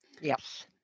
Yes